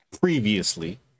previously